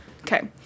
Okay